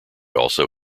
also